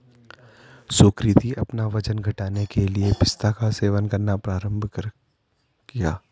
सुकृति अपना वजन घटाने के लिए पिस्ता का सेवन करना प्रारंभ किया